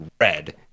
red